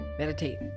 Meditate